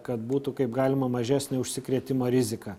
kad būtų kaip galima mažesnė užsikrėtimo rizika